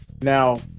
Now